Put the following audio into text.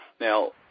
Now